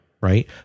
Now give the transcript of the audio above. Right